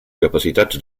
capacitats